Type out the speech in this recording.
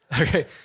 Okay